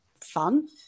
fun